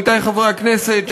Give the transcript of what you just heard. עמיתי חברי הכנסת,